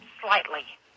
slightly